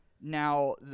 Now